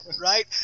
right